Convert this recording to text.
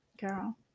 girl